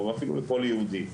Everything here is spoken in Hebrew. או אפילו לכל יהודי,